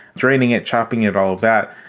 draining it, chopping it, all of that.